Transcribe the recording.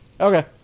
Okay